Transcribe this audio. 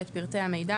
פרטי המידע,